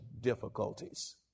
difficulties